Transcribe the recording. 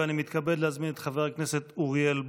אני מתכבד להזמין את חבר הכנסת אוריאל בוסו,